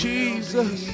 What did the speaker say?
Jesus